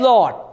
Lord